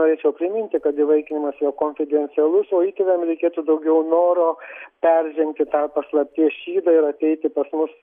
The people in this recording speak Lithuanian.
norėčiau priminti kad įvaikinimas yra konfidencialus o įtėviam reikėtų daugiau noro peržengti tą paslapties šydą ir ateiti pas mus